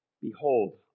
Behold